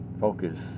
focus